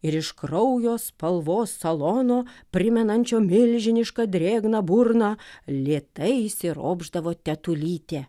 ir iš kraujo spalvos salono primenančio milžinišką drėgną burną lėtai įsiropšdavo tetulytė